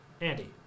Andy